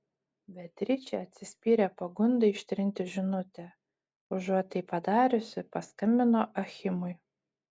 beatričė atsispyrė pagundai ištrinti žinutę užuot tai padariusi paskambino achimui